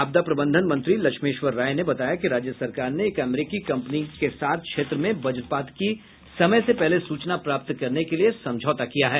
आपदा प्रबंधन मंत्री लक्ष्मेश्र राय ने बताया कि राज्य सरकार ने एक अमेरिकी कंपनी के साथ क्षेत्र में वज्रपात की समय से पहले सूचना प्राप्त करने के लिए समझौता किया है